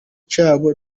cyabo